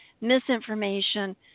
misinformation